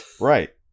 Right